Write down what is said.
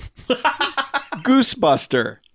Goosebuster